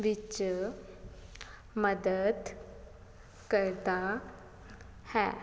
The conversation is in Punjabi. ਵਿੱਚ ਮਦਦ ਕਰਦਾ ਹੈ